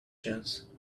chance